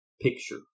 picture